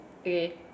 Okay